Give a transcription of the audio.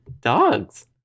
dogs